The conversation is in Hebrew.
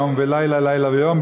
יום ללילה לילה ליום,